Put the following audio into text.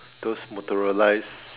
those motorise